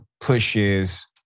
pushes